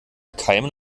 keimen